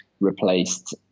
replaced